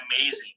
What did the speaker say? amazing